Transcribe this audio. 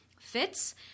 fits